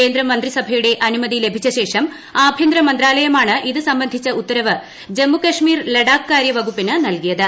കേന്ദ്രമന്ത്രി സഭയുടെ അനുമതി ലഭിച്ചശേഷം ആഭ്യന്തര മന്ത്രാലയമാണ് ഇതു സംബന്ധിച്ച ഉത്തരവ് ജമ്മു കശ്മീർ ലഡാക് കാര്യ വകുപ്പിന് നൽകിയത്